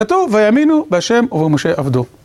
כתוב, ויאמינו בהשם, ובמשה עבדו.